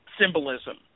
symbolism